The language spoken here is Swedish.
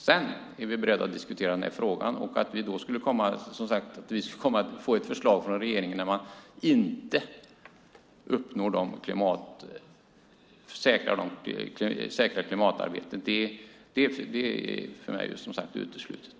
Sedan är vi beredda att diskutera den här frågan. Att vi då skulle få ett förslag från regeringen där man inte säkrar klimatarbetet är för mig uteslutet.